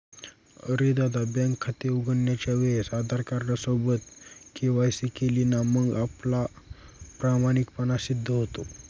अरे दादा, बँकेत खाते उघडण्याच्या वेळेस आधार कार्ड सोबत के.वाय.सी केली ना मग आपला प्रामाणिकपणा सिद्ध होतो